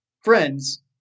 Friends